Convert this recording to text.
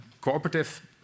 cooperative